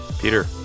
Peter